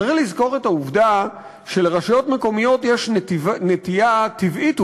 צריך לזכור את העובדה שלרשויות מקומיות יש נטייה טבעית,